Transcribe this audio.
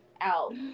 out